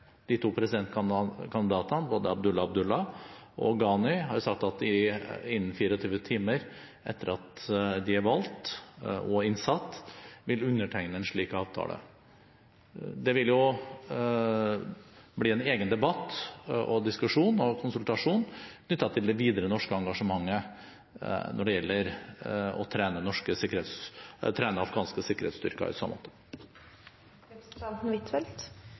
de to presidentkandidatene, både Abdullah Abdullah og Ghani, har sagt at de innen 24 timer etter at de er valgt og innsatt, vil undertegne en slik avtale. Det vil jo bli en egen debatt, diskusjon og konsultasjon knyttet til det videre norske engasjementet når det gjelder å trene afghanske sikkerhetsstyrker, i så måte.